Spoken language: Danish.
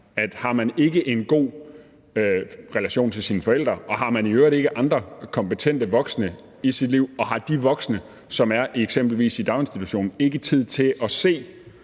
at hvis man ikke har en god relation til sine forældre og i øvrigt ikke har andre kompetente voksne i sit liv, og hvis de voksne, som er i eksempelvis daginstitutionen, ikke har tid til at se